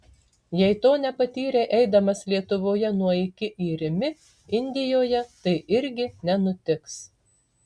jei to nepatyrei eidamas lietuvoje nuo iki į rimi indijoje tai irgi nenutiks